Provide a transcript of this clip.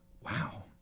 Wow